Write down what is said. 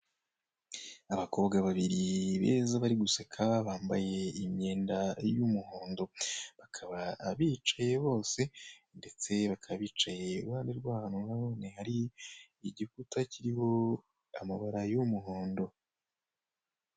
Abakobwa babiri beza bari guseka bambaye imyenda y'umuhondo, bakaba bicaye bose ndetse bakaba bicaye iruhande rw'ahantu na none hari igikuta kiriho amabara y'umuhondo.